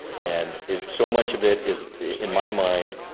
and it's so much of it, is in my mind,